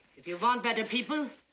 if you want better people,